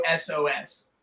SOS